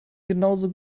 genauso